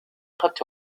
أخذت